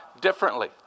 differently